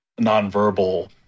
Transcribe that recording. nonverbal